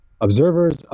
Observers